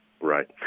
Right